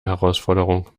herausforderung